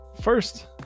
First